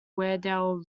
weardale